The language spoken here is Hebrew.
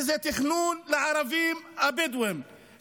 וזה תכנון לערבים הבדואים.